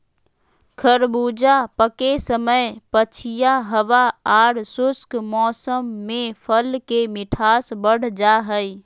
खरबूजा पके समय पछिया हवा आर शुष्क मौसम में फल के मिठास बढ़ जा हई